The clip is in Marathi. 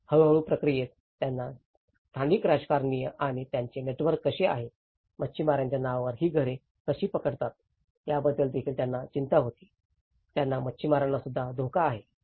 तर हळूहळू प्रक्रियेत त्यांना स्थानिक राजकारणी आणि त्यांची नेटवर्क कशी आहे मच्छीमारांच्या नावावर ही घरे कशी पकडतात याबद्दल देखील त्यांना चिंता होती ज्यांना मच्छीमारांनासुद्धा धोका आहे